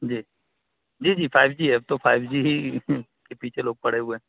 جی جی جی five G ہے اب تو فائیو جی ہی کے پیچھے لوگ پڑے ہوئے ہیں